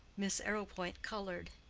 miss arrowpoint colored,